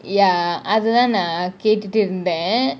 ya அது தான கேட்டுட்டு இருந்தான் :athu thaana keatutu irunthan